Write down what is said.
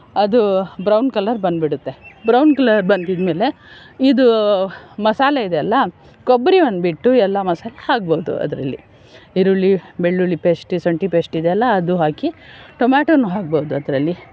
ಅದು brown colour ಬಂದು ಬಿಡುತ್ತೆ ಬ್ರೌನ್ ಕಲರ್ ಬಂದಿದ್ದ ಮೇಲೆ ಇದು ಮಸಾಲೆ ಇದೆಯಲ್ಲ ಕೊಬ್ಬರಿ ಒಂದ್ಬಿಟ್ಟು ಎಲ್ಲ ಮಸಾಲೆ ಹಾಕ್ಬೋದು ಅದರಲ್ಲಿ ಈರುಳ್ಳಿ ಬೆಳ್ಳುಳ್ಳಿ ಪೇಸ್ಟ್ ಶುಂಠಿ ಪೇಸ್ಟ್ ಇದೆಲ್ಲ ಅದು ಹಾಕಿ ಟೊಮಾಟೋನು ಹಾಕ್ಬೋದು ಅದರಲ್ಲಿ